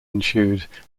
ensued